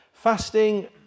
fasting